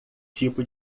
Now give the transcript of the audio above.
tipo